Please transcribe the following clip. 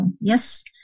yes